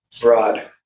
broad